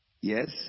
Yes